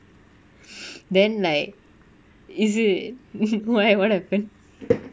then like is it why what happen